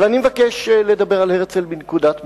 אבל אני מבקש לדבר על הרצל מנקודת מבטי.